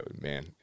man